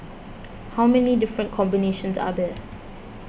how many different combinations are there